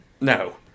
No